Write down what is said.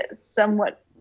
somewhat